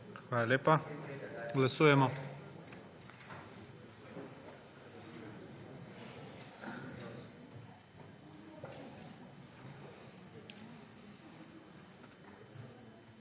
Hvala lepa. Glasujemo.